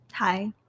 Hi